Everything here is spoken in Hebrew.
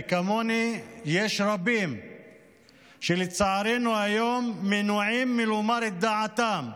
וכמוני יש רבים שלצערנו היום מנועים מלומר את דעתם.